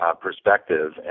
perspective